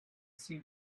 seem